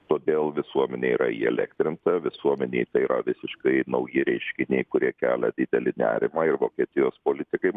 todėl visuomenė yra įelektrinta visuomenei tai yra visiškai nauji reiškiniai kurie kelia didelį nerimą ir vokietijos politikai